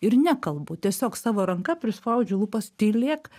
ir nekalbu tiesiog savo ranka prispaudžia lūpas tylėk